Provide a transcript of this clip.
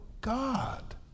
God